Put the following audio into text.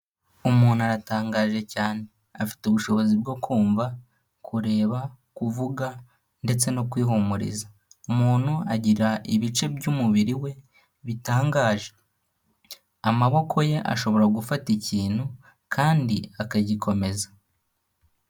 Umuntu aratangaje cyane afite ubushobozi bwo kumva, kureba, kuvuga, ndetse no kwihumuriza umuntu agira ibice by'umubiri we bitangaje amaboko ye ashobora gufata ikintu kandi akagikomeza.